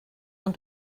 ond